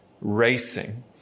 racing